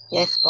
Yes